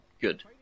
good